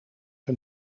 hun